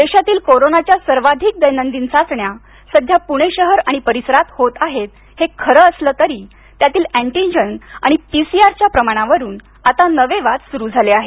देशातील कोरोनाच्या सर्वाधिक दैनंदिन चाचण्या सध्या पुणे शहर आणि परिसरात होत आहेत हे खरं असलं तरी त्यातील अँटीजेन आणि पी सी आर च्या प्रमाणावरून आता नवे वाद सुरु झाले आहेत